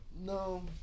No